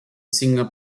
single